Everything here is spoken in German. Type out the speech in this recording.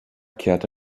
kehrte